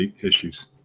issues